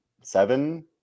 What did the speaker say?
seven